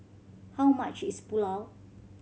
how much is Pulao